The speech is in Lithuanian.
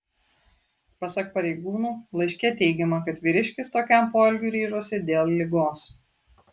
pasak pareigūnų laiške teigiama kad vyriškis tokiam poelgiui ryžosi dėl ligos